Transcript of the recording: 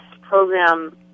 program